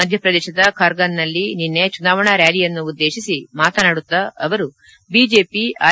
ಮಧ್ಯಪ್ರದೇಶದ ಖಾರ್ಗಾನ್ನಲ್ಲಿ ನಿನ್ನೆ ಚುನಾವಣಾ ರ್ಡಾಲಿಯನ್ನುದ್ದೇಶಿಸಿ ಮಾತನಾಡುತ್ತಾ ಅವರು ಬಿಜೆಪಿ ಆರ್